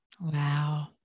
Wow